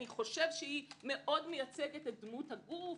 אני חושב היא מאוד מייצגת את דמות הגוף?